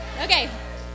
Okay